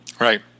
Right